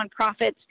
nonprofits